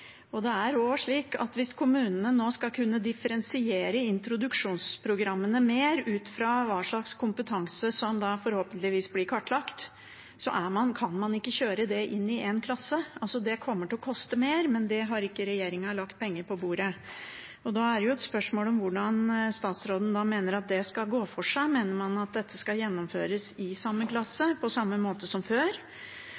det. Det er også slik at hvis kommunene nå skal kunne differensiere introduksjonsprogrammene mer ut fra hva slags kompetanse som forhåpentligvis blir kartlagt, kan man ikke kjøre det i én klasse. Det kommer til å koste mer, men til det har ikke regjeringen lagt penger på bordet. Hvordan mener statsråden at det skal gå for seg? Mener man at dette skal gjennomføres i samme klasse,